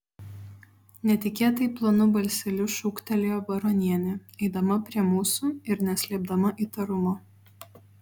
netikėtai plonu balseliu šūktelėjo baronienė eidama prie mūsų ir neslėpdama įtarumo